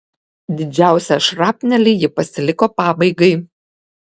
didžiausią šrapnelį ji pasiliko pabaigai